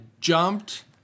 jumped